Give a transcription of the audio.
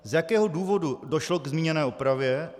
Z jakého důvodu došlo k zmíněné opravě?